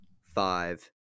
Five